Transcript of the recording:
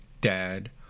dad